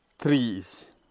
trees